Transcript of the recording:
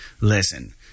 listen